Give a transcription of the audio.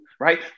right